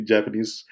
Japanese